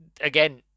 again